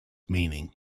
meaning